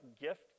gift